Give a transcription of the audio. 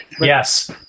Yes